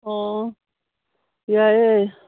ꯑꯣ ꯌꯥꯏꯌꯦ